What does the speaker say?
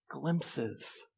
glimpses